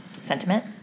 Sentiment